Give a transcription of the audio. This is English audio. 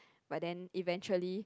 but then eventually